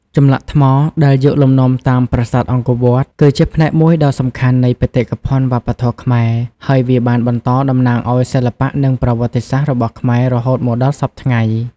ចម្លាក់ថ្មដែលយកលំនាំតាមប្រាសាទអង្គរវត្ត គឺជាផ្នែកមួយដ៏សំខាន់នៃបេតិកភណ្ឌវប្បធម៌ខ្មែរ ហើយវាបានបន្តតំណាងឲ្យសិល្បៈនិងប្រវត្តិសាស្ត្ររបស់ខ្មែររហូតមកដល់សព្វថ្ងៃ។